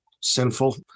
sinful